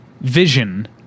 vision